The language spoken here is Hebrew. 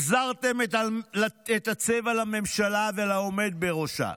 החזרתם את הצבע לממשלה ולעומד בראשה.